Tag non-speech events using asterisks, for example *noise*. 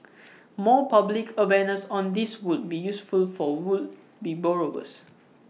*noise* more public awareness on this would be useful for would be borrowers